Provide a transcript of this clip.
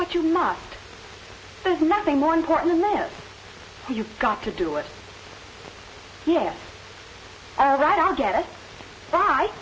what you must there's nothing more important than that you've got to do it here all right i'll get it by